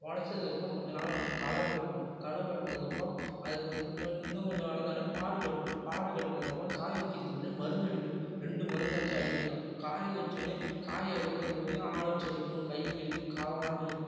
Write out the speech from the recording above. முளைச்சதுக்கப்புறம் கொஞ்சம் நாள் ஆனவொடனே களை வெட்டணும் களை வெட்டினதுக்கப்புறம் அதுக்கு வந்து கொஞ் இன்னும் கொஞ்சம் வளந்தவொடனே பார் கட்டணும் பார் கட்டினதுக்கப்புறம் காய வைக்கிறதுக்கு முன்னாடி மருந்து அடிக்கணும் ரெண்டு மருந்தாச்சும் அடிக்கணும் காய வச்சவொடனே காய எடுக்கம்போது ஆளை வச்சு எடுக்கணும் கையை கிழிக்கும் காலெல்லாம் கிழிக்கும்